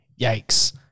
yikes